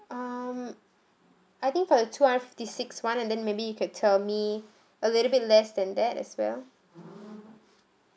um I think for the two hundred fifty six [one] and then maybe you can tell me a little bit less than that as well